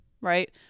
Right